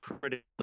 critical